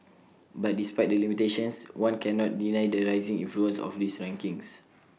but despite the limitations one cannot deny the rising influence of these rankings